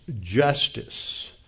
justice